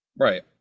Right